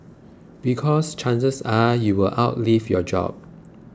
because chances are you will outlive your job